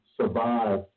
survive